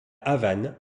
havane